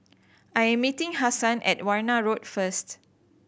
I am meeting Hassan at Warna Road first